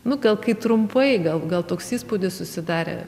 nu gal kai trumpai gal gal toks įspūdis susidarė